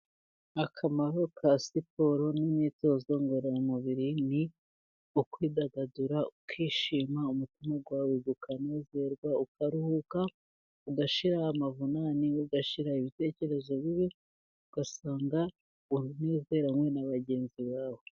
Akamaro ka siporo n'imyitozo ngororamubiri ni ukwidagadura, ukishima, umutima wawe ukanezerwa, ukaruhuka, ugashira amavunane, ugashira ibitekerezo bibi, ugasanga unezeranywe na bagenzi bawe.